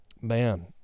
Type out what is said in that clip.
man